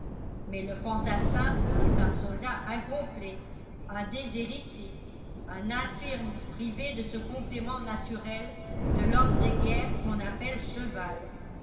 mais le fantassin est un soldat incomplet un déshérité un infirme privé de ce complément naturel de l'homme de guerre qu'on appelle cheval